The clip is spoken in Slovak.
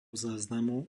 záznamu